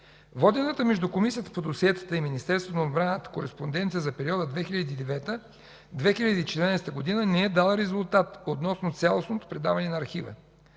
Водената между Комисията по досиетата и Министерството на отбраната кореспонденция за периода 2009 – 2014 г. не е дала резултат относно цялостното предаване на архива.